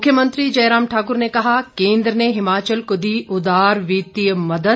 मुख्यमंत्री जयराम ठाकुर ने कहा केंद्र ने हिमाचल को दी उदार वित्तीय मदद